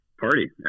party